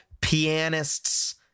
pianist's